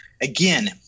Again